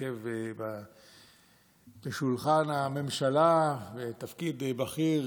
שישב בשולחן הממשלה בתפקיד בכיר,